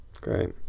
Great